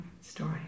story